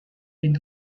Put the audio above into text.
been